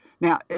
Now